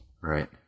Right